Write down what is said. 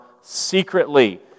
secretly